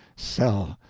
sell!